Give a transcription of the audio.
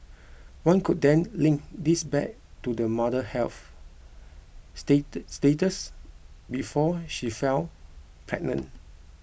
one could then link this back to the mother's health state status before she fell pregnant